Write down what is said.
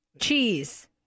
Cheese